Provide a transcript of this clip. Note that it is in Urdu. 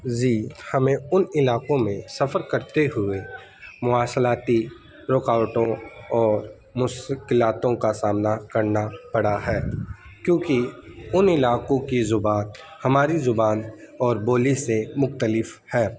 جی ہمیں ان علاقوں میں سفر کرتے ہوئے مواصلاتی رکاوٹوں اور مشکلات کا سامنا کرنا پڑا ہے کیونکہ ان علاقوں کی زبان ہماری زبان اور بولی سے مختلف ہے